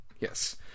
yes